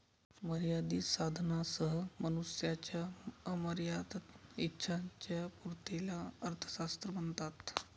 मर्यादित साधनांसह मनुष्याच्या अमर्याद इच्छांच्या पूर्ततेला अर्थशास्त्र म्हणतात